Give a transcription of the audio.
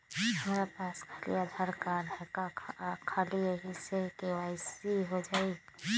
हमरा पास खाली आधार कार्ड है, का ख़ाली यही से के.वाई.सी हो जाइ?